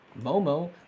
Momo